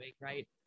Right